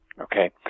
okay